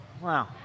Wow